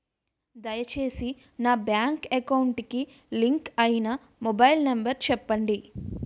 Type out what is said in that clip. దయచేసి నా bank account కి లింక్ అయినా మొబైల్ నంబర్ చెప్పండి